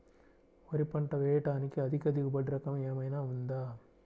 వరి పంట వేయటానికి అధిక దిగుబడి రకం ఏమయినా ఉందా?